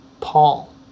Paul